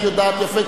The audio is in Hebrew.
את יודעת יפה,